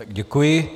Děkuji.